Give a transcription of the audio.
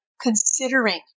considering